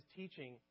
teaching